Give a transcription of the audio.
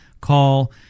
call